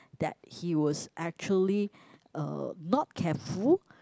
that he was actually uh not careful